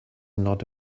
not